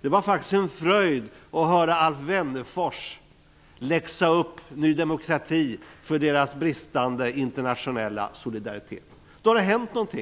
Det var faktiskt en fröjd att höra Alf Wennerfors läxa upp Ny demokrati för deras bristande internationella solidaritet. Då har det hänt något.